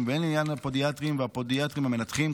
והן לעניין הפודיאטורים והפודיאטורים המנתחים,